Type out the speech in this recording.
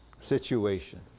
situation